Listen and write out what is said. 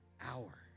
hour